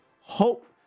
Hope